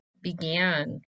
began